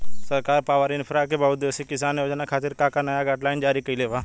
सरकार पॉवरइन्फ्रा के बहुउद्देश्यीय किसान योजना खातिर का का नया गाइडलाइन जारी कइले बा?